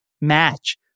match